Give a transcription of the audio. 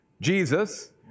Jesus